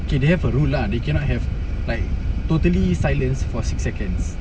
K they have a rule lah they cannot have like totally silence for six seconds